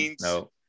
no